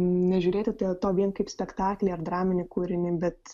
nežiūrėti to vien kaip spektaklį ar draminį kūrinį bet